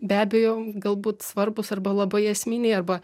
be abejo galbūt svarbūs arba labai esminiai arba